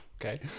okay